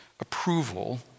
approval